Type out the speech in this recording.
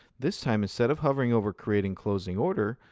this time, instead of hovering over creating closing order,